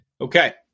Okay